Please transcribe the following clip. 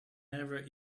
never